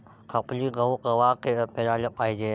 खपली गहू कवा पेराले पायजे?